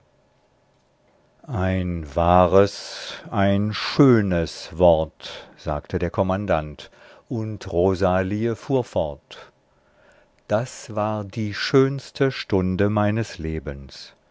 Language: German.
ein wahres ein schönes wort sagte der kommandant und rosalie fuhr fort das war die schönste stunde meines lebens